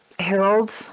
Harold